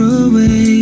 away